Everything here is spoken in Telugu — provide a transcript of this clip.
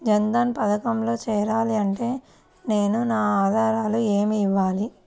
జన్ధన్ పథకంలో చేరాలి అంటే నేను నా ఆధారాలు ఏమి ఇవ్వాలి?